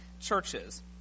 churches